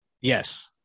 Yes